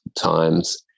Times